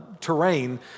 terrain